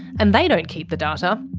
and they don't keep the data.